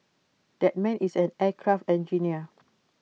that man is an aircraft engineer